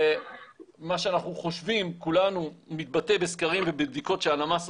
ומה שאנחנו חושבים כולנו מתבטא בסקרים ובבדיקות שהלמ"ס עושה.